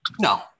No